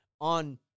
on